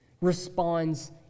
responds